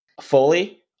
fully